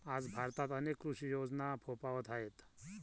आज भारतात अनेक कृषी योजना फोफावत आहेत